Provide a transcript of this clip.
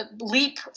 leap